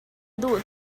duh